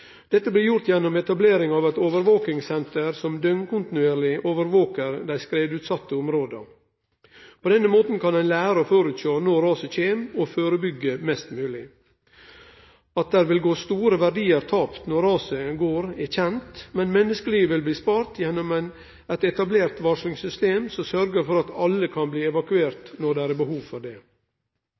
Dette blir gjort gjennom etablering av eit overvakingssenter som døgnkontinuerleg overvaker dei skredutsette områda. På denne måten kan ein lære å føresjå når raset kjem, og førebyggje mest mogleg. At det vil gå store verdiar tapt når raset går, er kjent, men menneskeliv vil bli sparte gjennom eit etablert varslingssystem, som sørgjer for alle kan bli evakuerte når det er behov for det.